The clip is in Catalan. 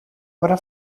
obra